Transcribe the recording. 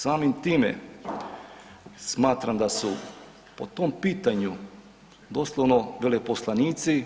Samim time smatram da su po tom pitanju doslovno veleposlanici